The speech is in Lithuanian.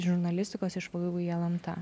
žurnalistikos iš vu į lmta